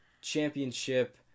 championship